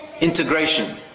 integration